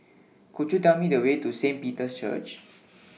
Could YOU Tell Me The Way to Saint Peter's Church